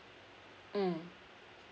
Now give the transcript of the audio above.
mm